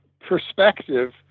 perspective